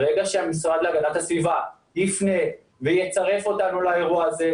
ברגע שהמשרד להגנת הסביבה יפנה ויצרף אותנו לאירוע הזה,